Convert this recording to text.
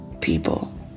people